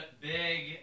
big